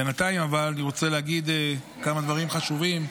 אבל בינתיים, אני רוצה להגיד כמה דברים חשובים.